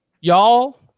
y'all